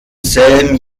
selben